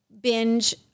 binge